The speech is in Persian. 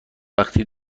وقتی